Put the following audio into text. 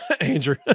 Andrew